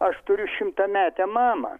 aš turiu šimtametę mamą